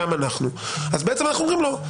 אז בעצם אנחנו אומרים לו,